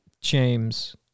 James